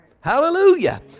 Hallelujah